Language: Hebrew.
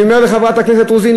אני אומר לחברת הכנסת רוזין,